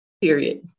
period